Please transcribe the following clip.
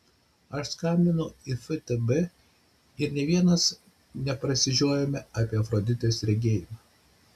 aš skambinu į ftb ir nė vienas neprasižiojame apie afroditės regėjimą